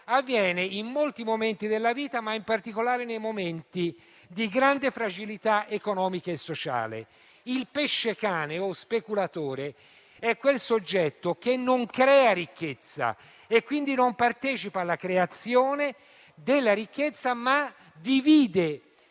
avviene in molti momenti della vita, ma in particolare nei momenti di grande fragilità economica e sociale. Il pescecane, o speculatore, è quel soggetto che non crea ricchezza e quindi non partecipa alla sua creazione, ma divide